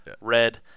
red